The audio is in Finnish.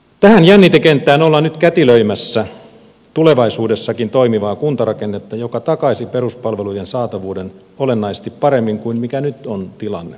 tähän jännitekenttään ollaan nyt kätilöimässä tulevaisuudessakin toimivaa kuntarakennetta joka takaisi peruspalvelujen saatavuuden olennaisesti paremmin kuin mikä nyt on tilanne